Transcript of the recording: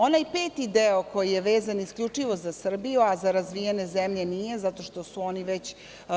Onaj peti deo koji je vezan isključivo za Srbiju, a za razvijene zemlje nije, zato što su oni već